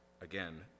again